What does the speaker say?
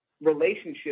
relationship